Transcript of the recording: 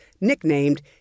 nicknamed